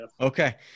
Okay